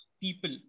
people